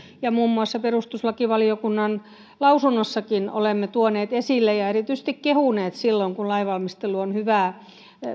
muun muassa perustuslakivaliokunnan lausunnossakin olemme tuoneet esille ja erityisesti kehuneet silloin kun lainvalmistelu on hyvää